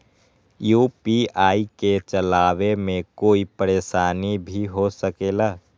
UPI के चलावे मे कोई परेशानी भी हो सकेला?